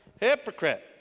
Hypocrite